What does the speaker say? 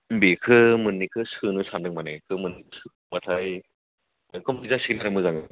बेखौ मोन्नैखौ सोनो सानदों माने गोमोन सोबाथाय कमप्लिट जासिगोन आरो मोजाङै